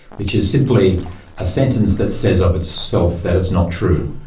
which is simply a sentence that says of itself that it's not true.